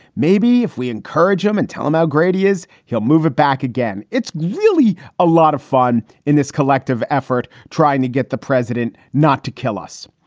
maybe if we encourage him and tell him how great he is, he'll move it back again. it's really a lot of fun in this collective effort trying to get the president not to kill us.